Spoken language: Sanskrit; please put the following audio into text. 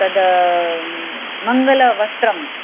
तद् मङ्गलवस्त्रम्